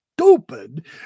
stupid